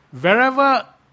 wherever